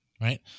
right